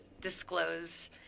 disclose